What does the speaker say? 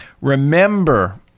Remember